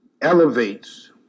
elevates